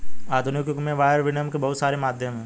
आधुनिक युग में वायर विनियम के बहुत सारे माध्यम हैं